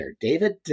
David